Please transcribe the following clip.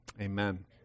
amen